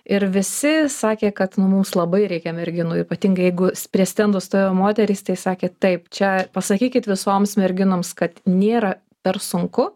ir visi sakė kad nu mums labai reikia merginų ypatingai jeigu prie stendų stovėjo moterys tai sakė taip čia pasakykit visoms merginoms kad nėra per sunku